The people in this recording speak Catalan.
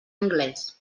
anglès